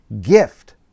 gift